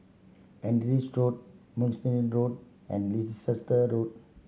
Road Mugliston Road and Leicester Road